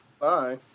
Bye